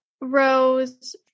Rose